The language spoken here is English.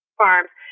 farms